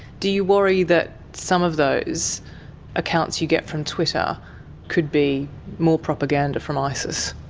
do you worry that some of those accounts you get from twitter could be more propaganda from isis?